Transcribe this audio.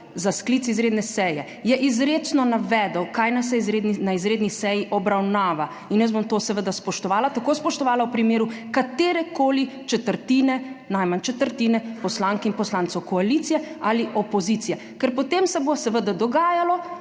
za sklic izredne seje je izrecno navedel kaj naj se na izredni seji obravnava, in jaz bom to seveda spoštovala, tako spoštovala v primeru katere koli četrtine, najmanj četrtine poslank in poslancev 17. TRAK (VI) 14.10 (nadaljevanje) koalicije ali opozicije. Ker potem se bo seveda dogajalo,